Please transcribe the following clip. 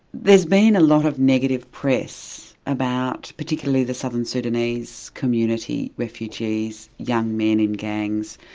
there's been a lot of negative press about particularly the southern sudanese community refugees, young men in gangs,